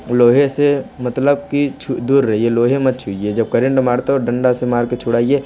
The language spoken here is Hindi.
लोहे से मतलब की छू दूर रहिए लोहे मत छुइए जब करेंट मारता हो डंडा से मार के छुड़ाइए